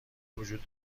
وجود